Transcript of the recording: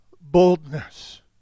boldness